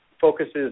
focuses